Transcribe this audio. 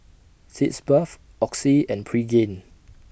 Sitz Bath Oxy and Pregain